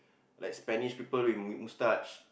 like Spanish people with mo~ moustache